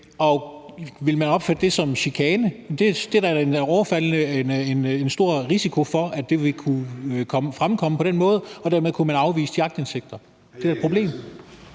og vil man opfatte det som chikane? Det er der da en stor risiko for vil kunne fremkomme på den måde, og dermed kunne man afvise de aktindsigter. Det er et problem.